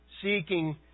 seeking